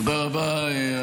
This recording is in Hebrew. תודה רבה,